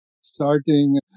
starting